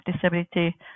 disability